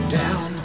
down